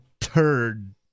turd